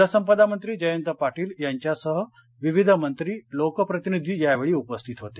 जलसंपदा मंत्री जयंत पाटील यांच्यासह विविध मंत्री लोकप्रतिनिधी यावेळी उपस्थित होते